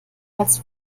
als